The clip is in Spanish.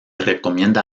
recomienda